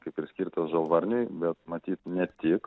kaip priskirta žalvarniui bet matyt ne tik